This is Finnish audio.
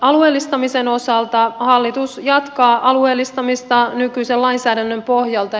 alueellistamisen osalta hallitus jatkaa alueellistamista nykyisen lainsäädännön pohjalta